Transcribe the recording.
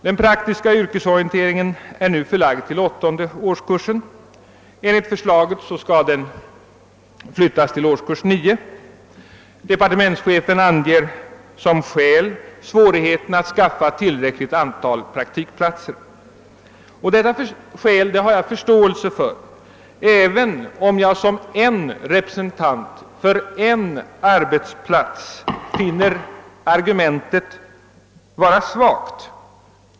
Den praktiska yrkesorienteringen är nu förlagd till åttonde årskursen. Enligt förslaget skall den flyttas till årskurs 9. Departementschefen anger som skäl svårigheterna att anskaffa tillräckligt antal praktikplatser. Detta skäl har jag förståelse för även om jag som en representant för en arbetsplats finner argumentet vara svagt.